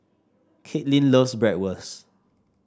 Kaitlyn loves Bratwurst